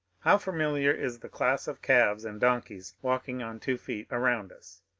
how familiar is the class of calves and donkeys walking on two feet around us!